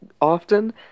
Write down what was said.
often